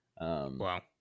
Wow